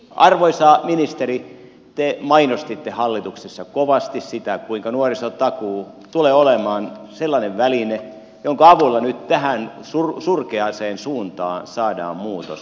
arvoisa ministeri te mainostitte hallituksessa kovasti sitä kuinka nuorisotakuu tulee olemaan sellainen väline jonka avulla nyt tähän surkeaan suuntaan saadaan muutos